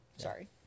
Sorry